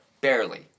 Barely